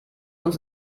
uns